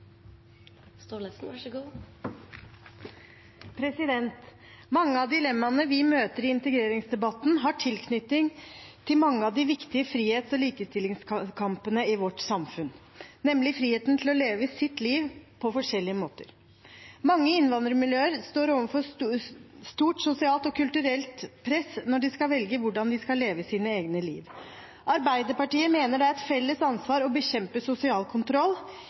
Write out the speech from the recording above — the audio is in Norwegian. Mange av dilemmaene vi møter i integreringsdebatten, har tilknytning til mange av de viktige frihets- og likestillingskampene i vårt samfunn, nemlig friheten til å leve sitt liv på forskjellige måter. Mange i innvandrermiljøer står overfor stort sosialt og kulturelt press når de skal velge hvordan de skal leve sitt eget liv. Arbeiderpartiet mener det er et felles ansvar å bekjempe sosial kontroll.